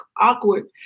awkward